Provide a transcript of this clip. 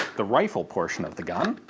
the rifle portion of the gun,